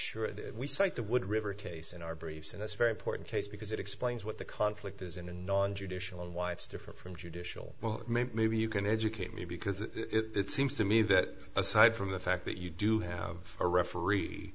that we site the wood river case in our briefs and that's very important case because it explains what the conflict is in a non judicial and why it's different from judicial well maybe you can educate me because it seems to me that aside from the fact that you do have a referee